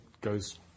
goes